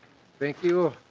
thank you.